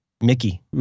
Mickey